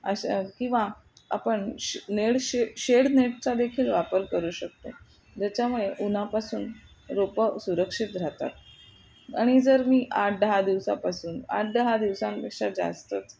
अशा किंवा आपण श नेड शे शेड नेटचा देखील वापर करू शकते ज्याच्यामुळे उन्हापासून रोपं सुरक्षित राहतात आणि जर मी आठ दहा दिवसापासून आठ दहा दिवसांपेक्षा जास्तच